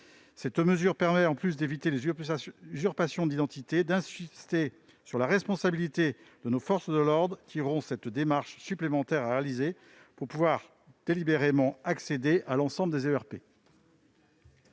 Cette mesure permettrait, en plus d'éviter des usurpations d'identité, d'insister sur la responsabilité de nos forces de l'ordre, qui auront cette démarche supplémentaire à réaliser pour pouvoir délibérément accéder à l'ensemble des ERP.